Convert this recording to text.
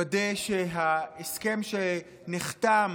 לוודא שההסכם שנחתם